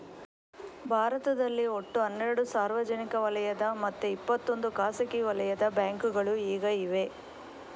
ಭಾರತದಲ್ಲಿ ಒಟ್ಟು ಹನ್ನೆರಡು ಸಾರ್ವಜನಿಕ ವಲಯದ ಮತ್ತೆ ಇಪ್ಪತ್ತೊಂದು ಖಾಸಗಿ ವಲಯದ ಬ್ಯಾಂಕುಗಳು ಈಗ ಇವೆ